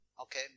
Okay